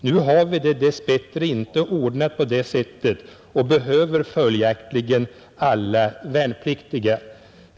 Nu har vi det dess bättre inte ordnat på det sättet och behöver följaktligen alla värnpliktiga.